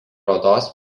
odos